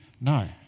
No